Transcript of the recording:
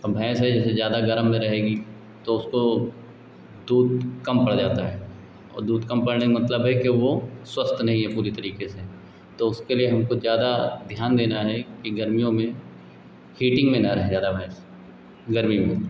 और भैँस है जैसे ज़्यादा गरम में रहेगी तो उसका दूध कम पड़ जाता है और दूध कम पड़ने का मतलब है कि वह स्वस्थ नहीं है पूरी तरीके से तो उसके लिए हमको ज़्यादा ध्यान देना है कि गर्मियों में हीटिन्ग में न रहे ज़्यादा भैँस गर्मी में